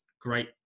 great